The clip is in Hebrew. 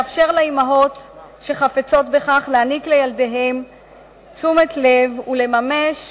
תאפשר לאמהות שחפצות בכך להעניק לילדיהן תשומת לב ולממש